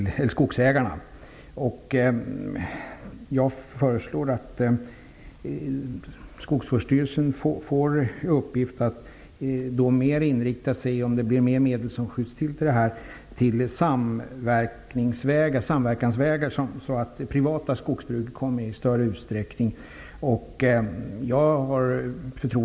Om ytterligare medel kommer att tillskjutas, föreslår jag att Skogsvårdsstyrelsen får i uppgift att mer inrikta sig på samverkan, så att privata skogsbruk kan vara med i större utsträckning.